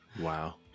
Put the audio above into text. Wow